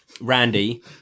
randy